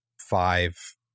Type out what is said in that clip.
five